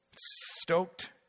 stoked